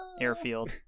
Airfield